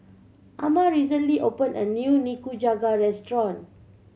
Ama recently opened a new Nikujaga restaurant